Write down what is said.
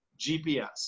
GPS